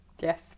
Yes